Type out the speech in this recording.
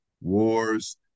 wars